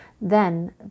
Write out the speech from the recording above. Then